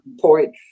point